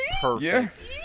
Perfect